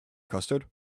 custard